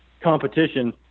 competition